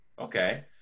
Okay